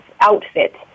outfit